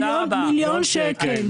מיליון שקל.